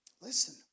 Listen